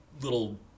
little